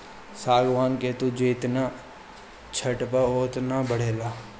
सागवान के तू जेतने छठबअ उ ओतने बढ़ेला